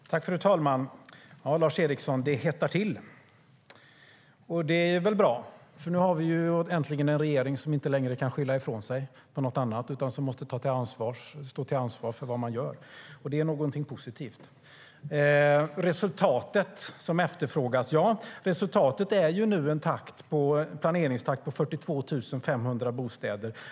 STYLEREF Kantrubrik \* MERGEFORMAT Svar på interpellationerMan efterfrågar resultat. Resultatet är nu en planeringstakt på 42 500 bostäder.